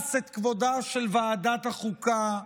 רמס את כבודה של ועדת החוקה,